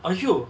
!aiyo!